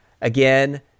again